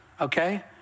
okay